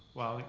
while,